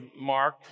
Mark